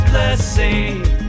blessing